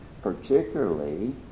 particularly